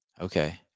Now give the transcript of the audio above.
Okay